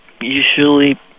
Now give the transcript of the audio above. usually